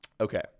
Okay